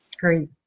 great